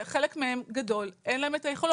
חלק גדול מהם אין להם את היכולות.